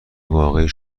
واقعی